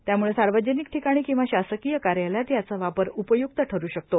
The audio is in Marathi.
त्याम्ळं सार्वजनिक ठिकाणी किंवा शासकीय कार्यालयात याचा वापर उपय्क्त ठरू शकतो